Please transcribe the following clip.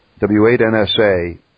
W8NSA